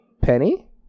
Penny